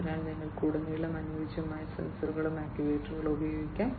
അതിനാൽ നിങ്ങൾക്ക് ഉടനീളം അനുയോജ്യമായ സെൻസറുകളും ആക്യുവേറ്ററുകളും ഉപയോഗിക്കാം